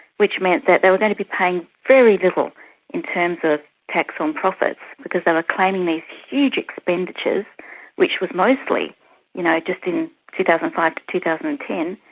which meant that they were going to be paying very little in terms of tax on profits because they were claiming these huge expenditures which was mostly you know just in two thousand and five to two thousand and ten,